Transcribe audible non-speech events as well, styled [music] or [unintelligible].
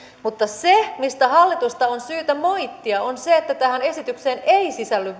mutta se mistä hallitusta on syytä moittia on se että tähän esitykseen ei sisälly [unintelligible]